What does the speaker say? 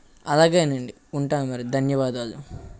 అలాగేనండి ఉంటా మరి ధన్యవాదాలు